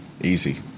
Easy